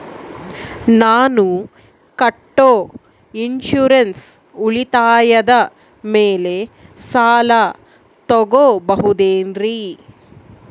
ನಾನು ಕಟ್ಟೊ ಇನ್ಸೂರೆನ್ಸ್ ಉಳಿತಾಯದ ಮೇಲೆ ಸಾಲ ತಗೋಬಹುದೇನ್ರಿ?